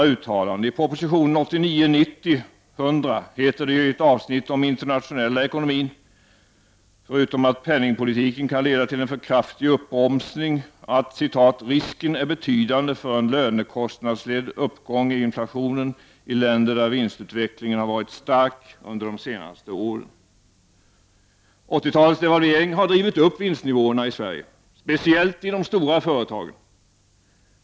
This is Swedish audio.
I proposition 1989/90:100 heter det ett avsnitt om den internationella ekonomin att — förutom att penningpolitiken kan leda till en för kraftig uppbromsning — ”risken är betydande för en lönekostnadsledd uppgång i inflationen i länder där vinstutvecklingen har varit stark under de senaste åren”. 80-talets devalvering har drivit upp vinstnivåerna i Sverige, speciellt i de stora företagen.